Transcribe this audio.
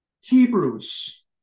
Hebrews